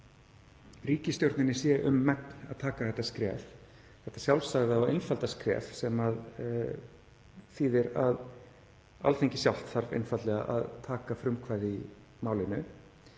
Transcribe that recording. ríkisstjórninni sé um megn að taka þetta skref, þetta sjálfsagða og einfalda skref, sem þýðir að Alþingi sjálft þarf einfaldlega að taka frumkvæði í málinu.